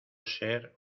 ser